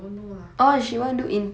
don't know lah